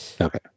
Okay